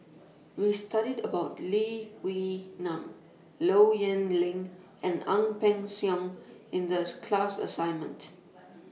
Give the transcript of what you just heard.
We studied about Lee Wee Nam Low Yen Ling and Ang Peng Siong in The class assignment